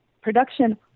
Production